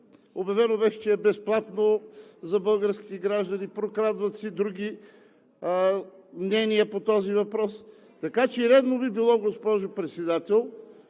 Обявено беше, че е безплатно за българските граждани – прокрадват се други мнения по този въпрос. Така че редно би било, госпожо Председател,